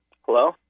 Hello